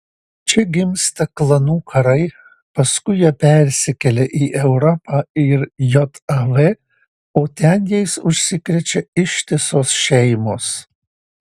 čia gimsta klanų karai paskui jie persikelia į europą ir jav o ten jais užsikrečia ištisos šeimos